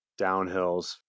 downhills